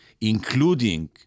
including